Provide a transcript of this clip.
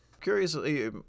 Curiously